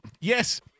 Yes